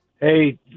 Hey